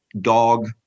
dog